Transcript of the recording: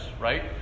right